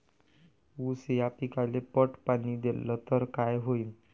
ऊस या पिकाले पट पाणी देल्ल तर काय होईन?